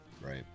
right